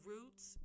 Roots